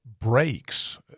breaks